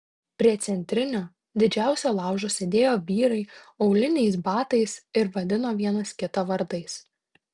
prie centrinio didžiausio laužo sėdėjo vyrai auliniais batais ir vadino vienas kitą vardais